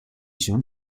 schon